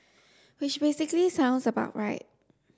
which basically sounds about right